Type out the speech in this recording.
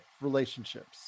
relationships